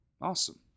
Awesome